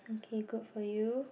okay good for you